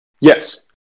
Yes